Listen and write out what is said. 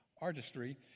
artistry